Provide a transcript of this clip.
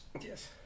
Yes